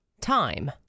Time